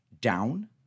down